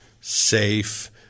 safe